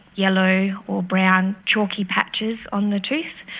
yellow or brown chalky patches on the tooth,